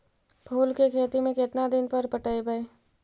फूल के खेती में केतना दिन पर पटइबै?